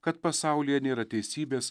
kad pasaulyje nėra teisybės